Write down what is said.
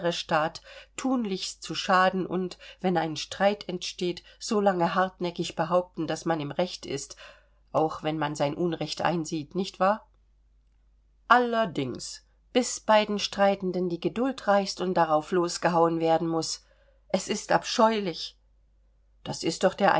staat thunlichst zu schaden und wenn ein streit entsteht so lange hartnäckig behaupten daß man im recht ist auch wenn man sein unrecht einsieht nicht wahr allerdings bis beiden streitenden die geduld reißt und drauf losgehauen werden muß es ist abscheulich das ist doch der